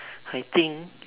I think